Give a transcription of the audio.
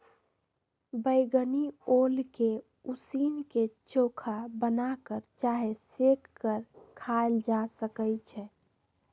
बइगनी ओल के उसीन क, चोखा बना कऽ चाहे सेंक के खायल जा सकइ छै